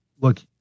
look